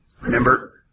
remember